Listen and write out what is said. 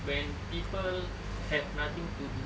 when people had nothing to do